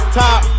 top